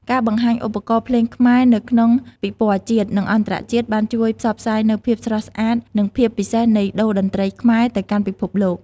ការបង្ហាញឧបករណ៍ភ្លេងខ្មែរនៅក្នុងពិព័រណ៍ជាតិ និងអន្តរជាតិបានជួយផ្សព្វផ្សាយនូវភាពស្រស់ស្អាត និងភាពពិសេសនៃតូរ្យតន្ត្រីខ្មែរទៅកាន់ពិភពលោក។